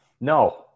No